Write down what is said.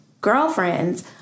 girlfriends